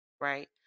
Right